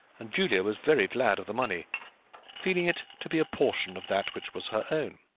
and julia was very glad of the money feeling it to be a portion of that which was her own.